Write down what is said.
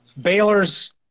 Baylor's